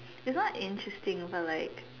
its not interesting but like